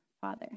Father